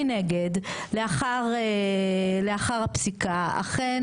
מנגד, לאחר הפסיקה, אכן יש.